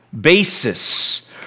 basis